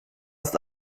ist